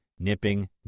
Nipping